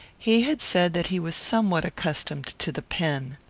he had said that he was somewhat accustomed to the pen.